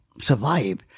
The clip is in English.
survive